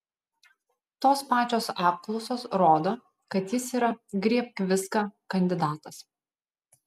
tos pačios apklausos rodo kad jis yra griebk viską kandidatas